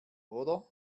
oder